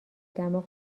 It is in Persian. دماغ